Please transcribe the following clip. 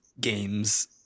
games